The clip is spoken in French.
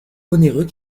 onéreux